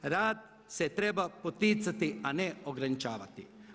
Rad se treba poticati, a ne ograničavati.